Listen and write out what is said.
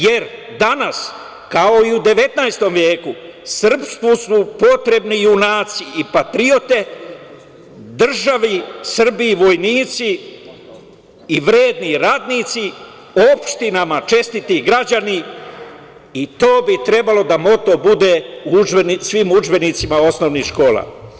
Jer, danas, kao i u 19. veku, srpstvu su potrebni junaci i patriote, državi Srbiji vojnici i vredni ratnici, opštinama čestiti građani i to bi trebalo da moto bude svim udžbenicima osnovnih škola.